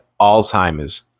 Alzheimer's